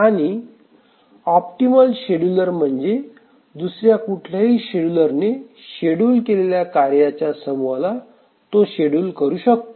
आणि optimal scheduler म्हणजे दुसऱ्या कुठल्याही शेड्युलरने शेड्युल केलेल्या कार्य चा समूहाला शेड्युल करू शकतो